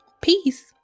Peace